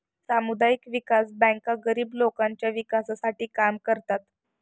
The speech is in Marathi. सामुदायिक विकास बँका गरीब लोकांच्या विकासासाठी काम करतात